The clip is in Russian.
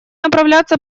направляться